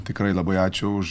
tikrai labai ačiū už